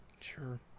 Sure